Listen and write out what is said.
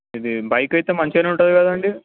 ఇది బైక్ అయితే మంచిగనే ఉంటుంది కదండి